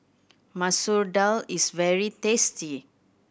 Masoor Dal is very tasty